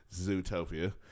Zootopia